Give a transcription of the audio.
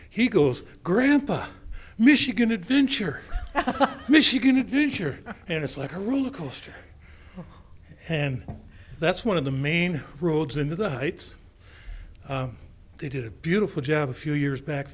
he goes grandpa michigan adventure michigan adventure and it's like a rule coaster and that's one of the main roads into the heights they did a beautiful job a few years back